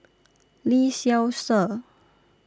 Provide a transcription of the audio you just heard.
Lee Seow Ser